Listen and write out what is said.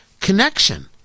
connection